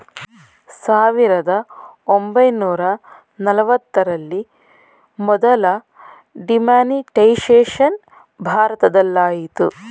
ಸಾವಿರದ ಒಂಬೈನೂರ ನಲವತ್ತರಲ್ಲಿ ಮೊದಲ ಡಿಮಾನಿಟೈಸೇಷನ್ ಭಾರತದಲಾಯಿತು